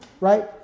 Right